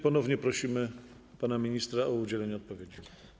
Ponownie prosimy pana ministra o udzielnie odpowiedzi.